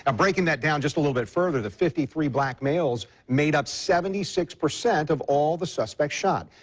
um breaking that down just a little bit further, the fifty three black males made up seventy six percent of all the suspects shot.